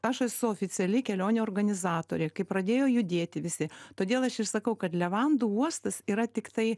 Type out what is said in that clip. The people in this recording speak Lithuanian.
aš esu oficiali kelionių organizatorė kai pradėjo judėti visi todėl aš ir sakau kad levandų uostas yra tiktai